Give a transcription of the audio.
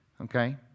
Okay